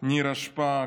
נירה שפק,